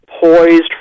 poised